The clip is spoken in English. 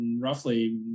roughly